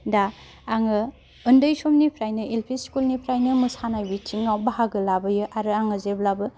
दा आङो उन्दै समनिफ्रायनो एल पि स्कुल निफ्रायनो मोसानाय बिथिङाव बाहागो लाबोयो आरो आङो जेब्लाबो